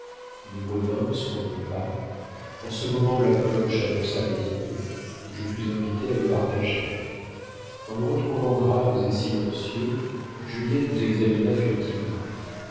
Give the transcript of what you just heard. nous revînmes sur nos pas en ce moment la cloche annonça le dîner je fus invité à le partager en nous retrouvant graves et silencieux juliette nous examina furtivement